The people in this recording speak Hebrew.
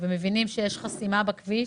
ומבינים שחסימה בכביש